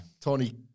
Tony